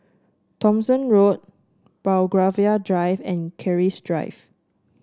Thomson Road Belgravia Drive and Keris Drive